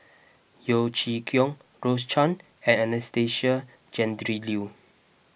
Yeo Chee Kiong Rose Chan and Anastasia Tjendri Liew